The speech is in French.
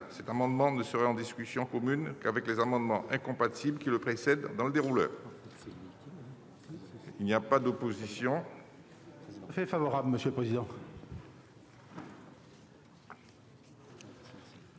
Cet amendement ne serait alors en discussion commune qu'avec les amendements incompatibles qui le précèdent dans le dérouleur. Il n'y a pas d'opposition ?... Il en est ainsi décidé.